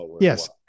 Yes